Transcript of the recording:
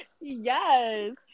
Yes